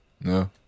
No